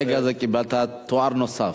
ברגע זה קיבלת תואר נוסף.